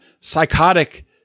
psychotic